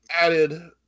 added